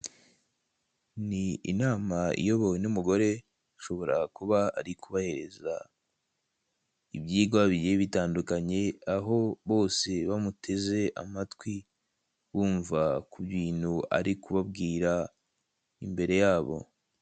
Ni inama iyobowe n'umugore, ashobora kuba ari kubahereza ibyigwa bigiye bitandukanye, aho bose bamuteze amatwi, bumva ku bintu ari kubabwira imbere yabo.